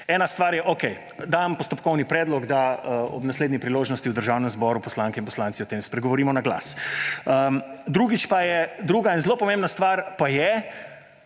Ena stvar je, okej, dam postopkovni predlog, da ob naslednji priložnosti v Državnem zboru poslanke in poslanci o tem spregovorimo naglas. Druga in zelo pomembna stvar pa je,